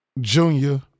Junior